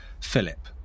Philip